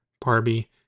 Barbie